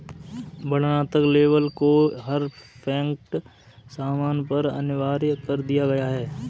वर्णनात्मक लेबल को हर पैक्ड सामान पर अनिवार्य कर दिया गया है